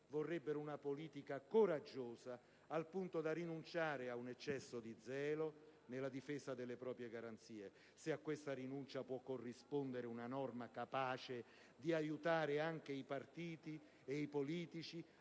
vorrebbero una politica coraggiosa, al punto da rinunciare a un eccesso di zelo nella difesa delle proprie garanzie, se a questa rinuncia può corrispondere una norma capace di aiutare anche i partiti e i politici